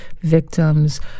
victims